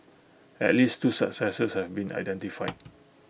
at least two successors have been identified